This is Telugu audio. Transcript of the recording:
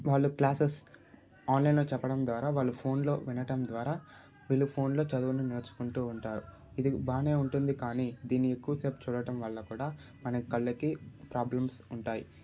వాళ్ళు క్లాసెస్ ఆన్లైన్లో చెప్పడం ద్వారా వాళ్ళు ఫోన్లో వినడం ద్వారా వీళ్ళు ఫోన్లో చదువును నేర్చుకుంటుఉంటారు ఇది బాగా ఉంటుంది కానీ దీని ఎక్కువ సేపు చూడటం వల్ల కూడా మన కళ్ళకి ప్రాబ్లెమ్స్ ఉంటాయి